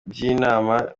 by’inama